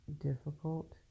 difficult